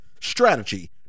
Strategy